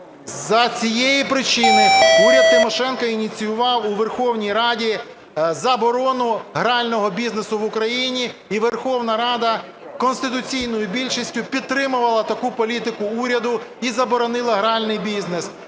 за цієї причини уряд Тимошенко ініціював у Верховній Раді заборону грального бізнесу в Україні, і Верховна Рада конституційною більшістю підтримувала така політику уряду і заборонила гральний бізнес.